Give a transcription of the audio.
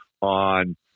on